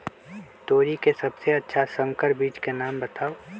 तोरी के सबसे अच्छा संकर बीज के नाम बताऊ?